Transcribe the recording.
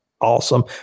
Awesome